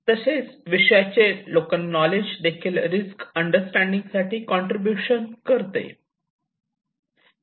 तसेच विषयाचे local knowledge देखील रिस्क अंडरस्टँडिंग साठी कॉन्ट्रीब्युशन करते